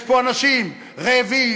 יש פה אנשים רעבים,